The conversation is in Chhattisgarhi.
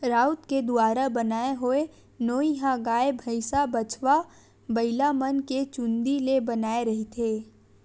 राउत के दुवारा बनाय होए नोई ह गाय, भइसा, बछवा, बइलामन के चूंदी ले बनाए रहिथे